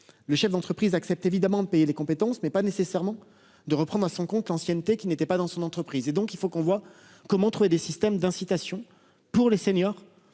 Le chef d'entreprise accepte évidemment payer les compétences mais pas nécessairement de reprendre à son compte l'ancienneté qui n'était pas dans son entreprise et donc il faut qu'on voie comment trouver des systèmes d'incitation pour les seniors